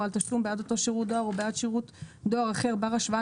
או על תשלום בעד אותו שירות דואר או בעד שירות דואר אחר בר השוואה